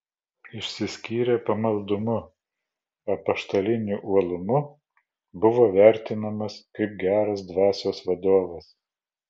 išsiskyrė pamaldumu apaštaliniu uolumu buvo vertinamas kaip geras dvasios vadovas